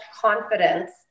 confidence